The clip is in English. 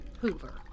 Hoover